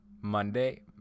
Monday